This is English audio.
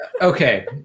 Okay